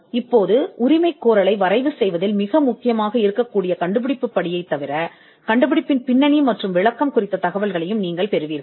இப்போது உரிமைகோரலை உருவாக்குவதில் முக்கியமானதாக இருக்கும் கண்டுபிடிப்பு படி தவிர கண்டுபிடிப்பின் விளக்கம் மற்றும் பின்னணி பற்றிய தகவல்களையும் பெறுவீர்கள்